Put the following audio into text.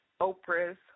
Oprah's